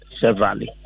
severally